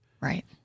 Right